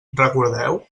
recordeu